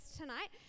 tonight